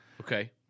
Okay